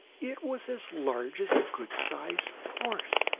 it was as large as a good-sized horse!